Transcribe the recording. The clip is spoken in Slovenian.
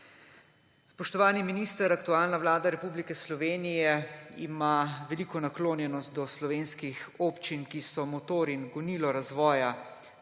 Spoštovani minister, aktualna vlada ima veliko naklonjenost do slovenskih občin, ki so motor in gonilo razvoja